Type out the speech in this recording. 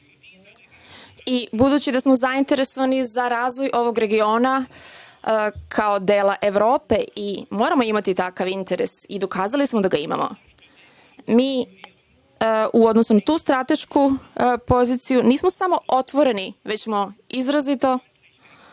Budući da smo zainteresovani za razvoj ovog regiona kao dela Evrope i moramo imati takav interes i dokazali smo da ga imamo. Mi u odnosu na tu stratešku poziciju nismo samo otvoreni, već smo izrazito naklonjeni